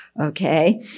Okay